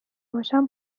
باشم